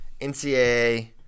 NCAA